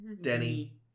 Denny